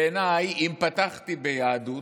בעיניי, אם פתחתי ביהדות,